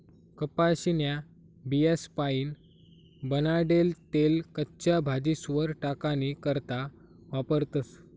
कपाशीन्या बियास्पाईन बनाडेल तेल कच्च्या भाजीस्वर टाकानी करता वापरतस